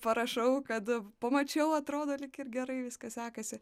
parašau kad pamačiau atrodo lyg ir gerai viskas sekasi